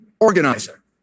organizer